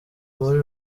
muri